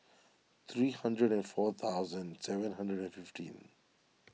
three hundred four thousand seven hundred and fifteen